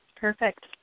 Perfect